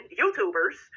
youtubers